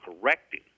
correcting